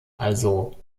also